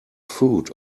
foot